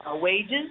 wages